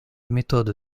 méthode